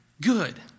good